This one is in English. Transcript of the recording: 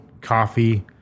coffee